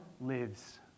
lives